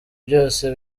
byose